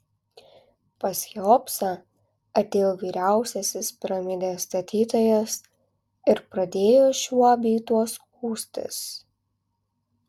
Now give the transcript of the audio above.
pas cheopsą atėjo vyriausiasis piramidės statytojas ir pradėjo šiuo bei tuo skųstis